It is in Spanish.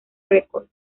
records